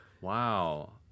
wow